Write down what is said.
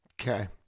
Okay